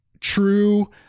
true